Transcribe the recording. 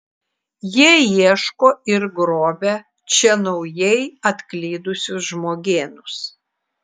jie ieško ir grobia čia naujai atklydusius žmogėnus